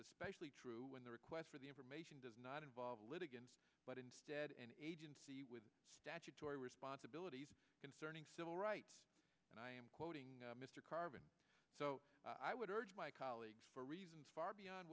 especially true when the requests for the information does not involve litigants but instead an agency with statutory responsibilities concerning civil rights and i am quoting mr carvin so i would urge my colleagues for reasons far beyond